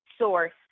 source